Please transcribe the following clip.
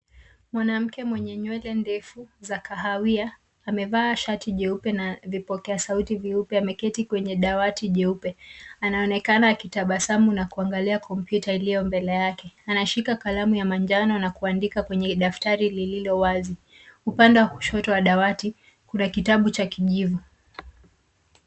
Mwanamke mwenye nywele ndefu za kahawia amevaa shati jeupe na vipokea sauti vyeupe ameketi kwenye dawati jeupe. Anaonekana akitabasamu na kuangalia kompyuta iliyo mbele yake. Anashika kalamu ya manjano na kuandika kwenye daftari lililowazi. Upande wa kushoto wa dawati kuna kitabu cha kijivu.